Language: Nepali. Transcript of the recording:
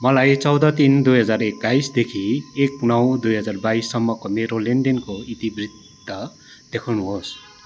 मलाई चौध तिन दुई हजार एक्काइसदेखि एक नौ दुई हजार बाइससम्मको मेरो लेनदेनको इतिवृत्त देखाउनुहोस्